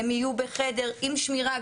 הם יהיו בחדר עם שמירה.